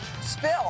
Spill